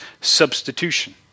substitution